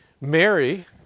Mary